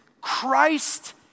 Christ